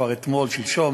כבר אתמול-שלשום,